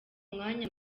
umwanya